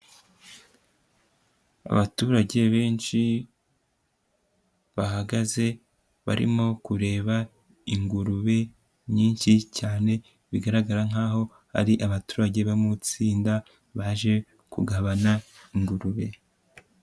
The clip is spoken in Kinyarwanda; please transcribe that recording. Abaturage benshi bahagaze barimo kureba ingurube nyinshi cyane bigaragara nkaho ari abaturage bo mu itsinda baje kugabana ingurube.